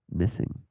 missing